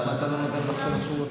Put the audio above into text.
למה אתה לא נותן לו לחשוב מה שהוא רוצה?